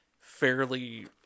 fairly